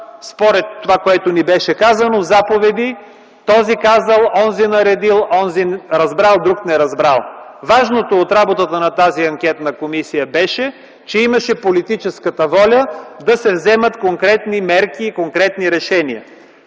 според това, което ни беше казано – заповеди: този казал, онзи наредил, онзи разбрал, друг не разбрал. Важното от работата на тази анкетна комисия беше, че имаше политическата воля да се вземат конкретни мерки и конкретни решения.